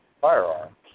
firearms